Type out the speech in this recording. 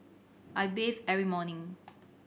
I bathe every morning